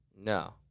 No